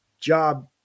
job